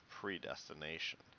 predestination